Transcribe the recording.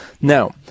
Now-